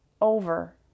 over